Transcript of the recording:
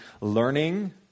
learning